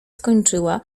skończyła